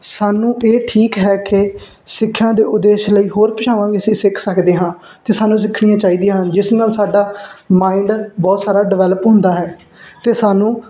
ਸਾਨੂੰ ਇਹ ਠੀਕ ਹੈ ਕਿ ਸਿੱਖਆ ਦੇ ਉਦੇਸ਼ ਲਈ ਹੋਰ ਭਾਸ਼ਾਵਾਂ ਵੀ ਅਸੀਂ ਸਿੱਖ ਸਕਦੇ ਹਾਂ ਅਤੇ ਸਾਨੂੰ ਸਿੱਖਣੀਆਂ ਚਾਹੀਦੀਆਂ ਜਿਸ ਨਾਲ ਸਾਡਾ ਮਾਇੰਡ ਬਹੁਤ ਸਾਰਾ ਡਿਵੈਲਪ ਹੁੰਦਾ ਹੈ ਅਤੇ ਸਾਨੂੰ